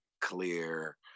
Clear